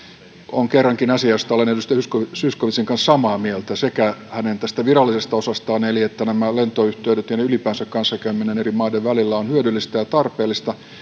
on kerrankin asia josta olen edustaja zyskowiczin zyskowiczin kanssa samaa mieltä sekä tästä hänen virallisesta osastaan siitä että nämä lentoyhteydet ja ylipäänsä kanssakäyminen eri maiden välillä ovat hyödyllisiä ja tarpeellisia